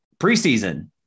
Preseason